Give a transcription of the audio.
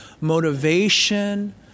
motivation